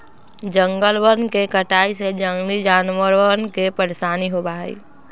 जंगलवन के कटाई से जंगली जानवरवन के परेशानी होबा हई